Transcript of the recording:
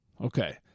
Okay